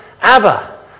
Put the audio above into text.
Abba